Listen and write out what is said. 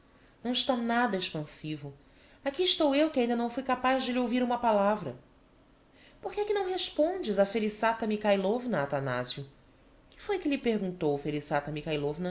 não está nada expansivo aqui estou eu que ainda não fui capaz de lhe ouvir uma palavra por que é que não respondes á felissata mikhailovna athanasio que foi que lhe perguntou felissata